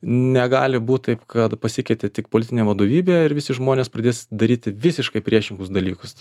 negali būt taip kad pasikeitė tik politinė vadovybė ir visi žmonės pradės daryti visiškai priešingus dalykus